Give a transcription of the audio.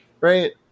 Right